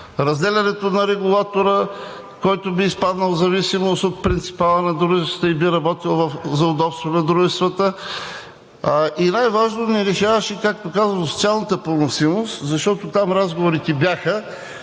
разделянето на регулатора, който би изпаднал в зависимост от принципала на дружествата и би работил за удобство на дружествата. И най-важно, не решаваше, както казах, социалната поносимост, защото там разговорите бяха,